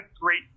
great